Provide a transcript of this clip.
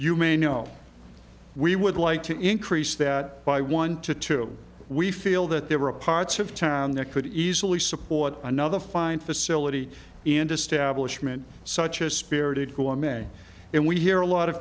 you may know we would like to increase that by one to two we feel that there are a parts of town that could easily support another fine facility in to stablish mn such as spirited cool may and we hear a lot of